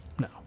no